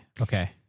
okay